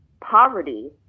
poverty